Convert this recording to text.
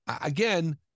Again